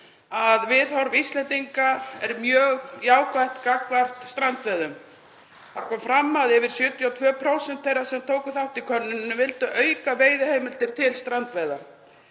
að viðhorf Íslendinga er mjög jákvætt gagnvart strandveiðum. Þar kom fram að yfir 72% þeirra sem tóku þátt í könnuninni vildu auka veiðiheimildir til strandveiða.